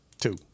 Two